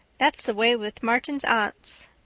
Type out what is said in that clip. that's the way with martin's aunts.